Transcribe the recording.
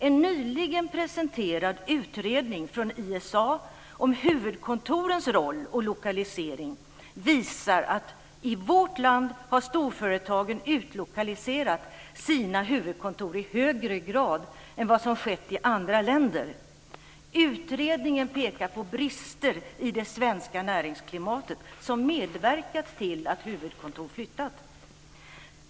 En nyligen presenterad utredning från ISA om huvudkontorens roll och lokalisering visar att i vårt land har storföretagen utlokaliserat sina huvudkontor i högre grad än vad som skett i andra länder. Utredningen pekar på brister i det svenska näringsklimatet som medverkat till att huvudkontor har flyttat.